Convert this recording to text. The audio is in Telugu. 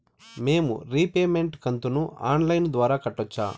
మేము రీపేమెంట్ కంతును ఆన్ లైను ద్వారా కట్టొచ్చా